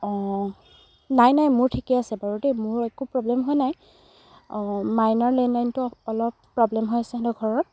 অ' নাই নাই মোৰ ঠিকে আছে বাৰু দে মোৰ একো প্ৰব্লেম হোৱা নাই অ' মাইনাৰ লেণ্ডলাইনটো অলপ প্ৰব্লেম হৈ আছে সিহঁতৰ ঘৰৰ